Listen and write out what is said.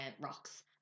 rocks